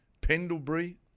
Pendlebury